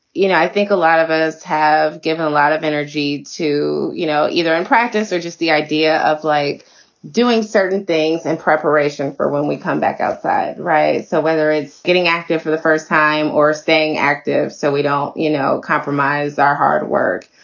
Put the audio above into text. you know, i think a lot of us have given a lot of energy to, you know, either in practice or just the idea of like doing certain things in preparation for when we come back out right. so whether it's getting active for the first time or staying active so we don't, you know, compromise our hard work.